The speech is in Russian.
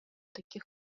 таких